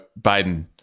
Biden